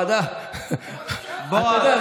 אתה יודע,